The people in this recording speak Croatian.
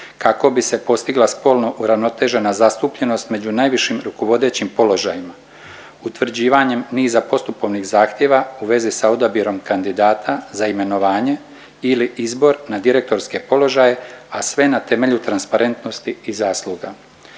kako bi se postigla spolno uravnotežena zastupljenost među najvišim rukovodećim položajima utvrđivanjem niza postupovnih zahtjeva u vezi sa odabirom kandidata za imenovanje ili izbor na direktorske položaje, a sve na temelju transparentnosti i zasluga.